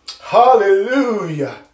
Hallelujah